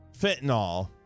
fentanyl